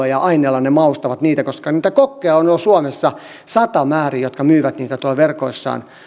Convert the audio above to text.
ja aineilla ne maustavat niitä koska niitä kokkeja on jo suomessa satamäärin jotka myyvät tuolla verkoissaan